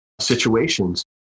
situations